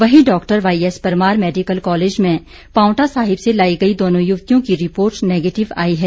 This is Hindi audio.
वहीं Dr YS Parmar medical college में पांवटा साहिब से लाई गई दोनों युवतियों की रिपोर्ट निगेटिव आई है